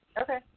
okay